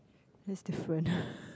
that's different